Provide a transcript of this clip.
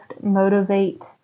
motivate